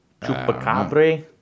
Chupacabra